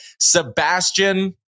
Sebastian